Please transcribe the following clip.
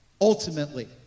Ultimately